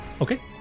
Okay